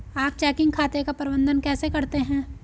आप चेकिंग खाते का प्रबंधन कैसे करते हैं?